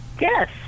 Yes